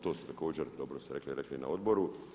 To ste također, dobro ste rekli, rekli i na odboru.